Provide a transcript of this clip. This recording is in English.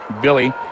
billy